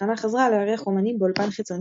התחנה חזרה לארח אמנים באולפן חיצוני